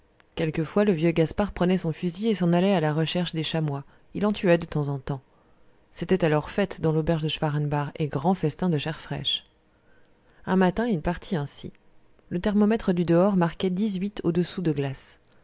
quelquefois le vieux gaspard prenait son fusil et s'en allait à la recherche des chamois il en tuait de temps en temps c'était alors fête dans l'auberge de schwarenbach et grand festin de chair fraîche un matin il partit ainsi le thermomètre du dehors marquait dix-huit au-dessous de glace